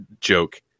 joke